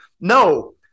No